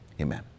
Amen